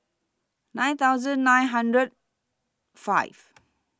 nine thousand nine hundred five